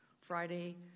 Friday